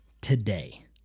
today